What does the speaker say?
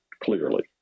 clearly